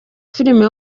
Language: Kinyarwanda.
filime